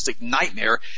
nightmare